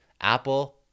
apple